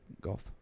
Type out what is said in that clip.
golf